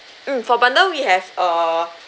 mm for bundle we have err